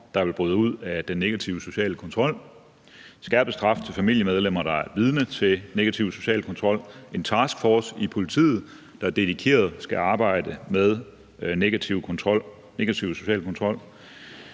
der vil bryde ud af den negative sociale kontrol, skærpet straf til familiemedlemmer, der er vidne til negativ social kontrol, en taskforce i politiet, der dedikeret skal arbejde med negativ social kontrol.